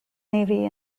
navy